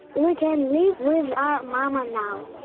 we can live with our mama now.